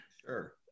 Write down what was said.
Sure